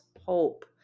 hope